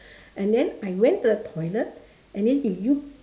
and then I went to the toilet and then did you